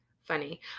Funny